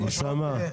אוסאמה,